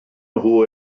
nhw